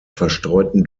verstreuten